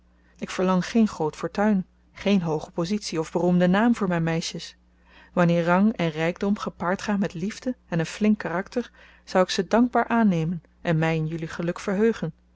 ik verlang geen groot fortuin geen hooge positie of beroemden naam voor mijn meisjes wanneer rang en rijkdom gepaard gaan met liefde en een flink karakter zou ik ze dankbaar aannemen en mij in jullie geluk verheugen